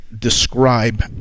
describe